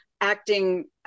acting